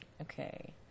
Okay